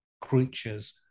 creatures